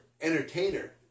entertainer